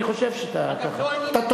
אני חושב שאתה טועה,